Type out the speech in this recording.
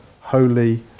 holy